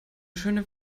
schöne